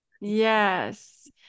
Yes